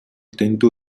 дэндүү